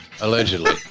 Allegedly